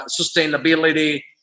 sustainability